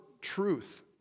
truth